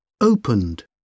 Opened